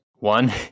One